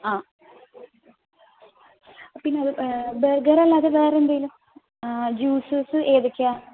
ആ പിന്നെ ബർഗർ അല്ലാതെ വേറെ എന്തെങ്കിലും ജ്യൂസസ് ഏതൊക്കെയാണ്